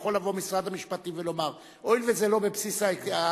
יכול משרד המשפטים לבוא ולומר: הואיל וזה לא בבסיס התקציב,